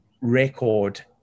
record